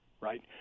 right